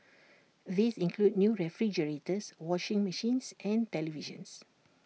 these include new refrigerators washing machines and televisions